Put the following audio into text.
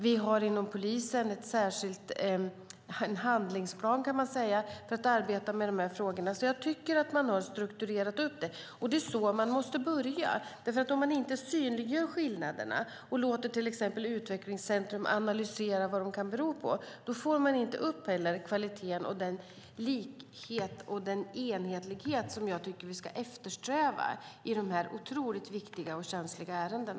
Vi har inom polisen en särskild handlingsplan, kan man säga, för att arbeta med dessa frågor. Jag tycker alltså att man har strukturerat upp det. Det är också så man måste börja. Om man inte synliggör skillnaderna och låter till exempel utvecklingscentrum analysera vad de kan bero på får man heller inte upp kvaliteten och den likhet och enhetlighet jag tycker att vi ska eftersträva i dessa otroligt viktiga och känsliga ärenden.